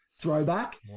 throwback